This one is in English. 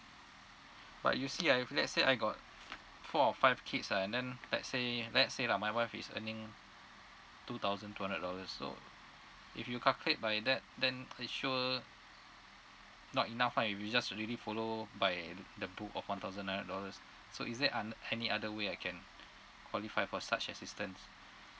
but you see ah if let's say I got four or five kids ah and then let's say let's say lah my wife is earning two thousand two hundred dollars so if you calculate by that then I sure not enough lah if you just really follow by the pool of one thousand nine hundred dollars so is that um any other way I can qualify for such assistance